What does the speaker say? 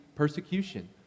Persecution